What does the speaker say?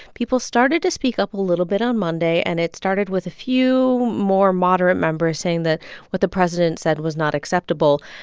people started to speak up a little bit on monday, and it started with a few more moderate members saying that what the president said was not acceptable.